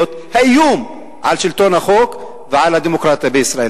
האיום על שלטון החוק ועל הדמוקרטיה בישראל.